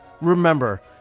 remember